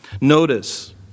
Notice